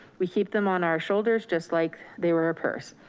we keep them on our shoulders just like they were a purse.